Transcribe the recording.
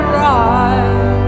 right